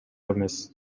эмес